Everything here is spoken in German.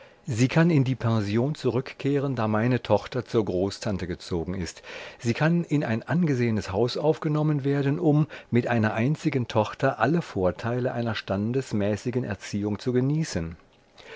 sie kann in die pension zurückkehren da meine tochter zur großtante gezogen ist sie kann in ein angesehenes haus aufgenommen werden um mit einer einzigen tochter alle vorteile einer standesmäßigen erziehung zu genießen